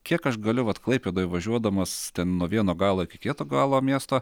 kiek aš galiu vat klaipėdoj važiuodamas ten nuo vieno galo iki kieto galo miesto